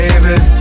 baby